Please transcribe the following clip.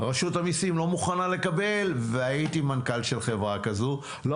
רשות המיסים לא מוכנה לקבל והייתי מנכ"ל של חברה כזו לא